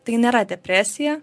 tai nėra depresija